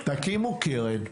תקימו קרן.